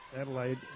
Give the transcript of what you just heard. Adelaide